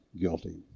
guilty